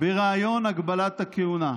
ברעיון הגבלת הכהונה.